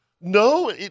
No